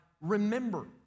remember